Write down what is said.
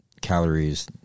calories